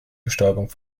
bestäubung